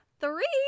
three